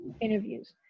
interviews